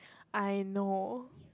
I know